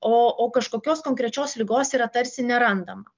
o o kažkokios konkrečios ligos yra tarsi nerandama